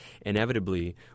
inevitably